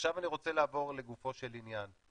עכשיו אני רוצה לעבור לגופו של עניין.